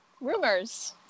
Rumors